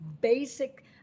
basic